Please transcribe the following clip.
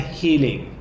healing